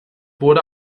wurde